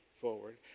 forward